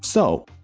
so.